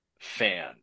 fan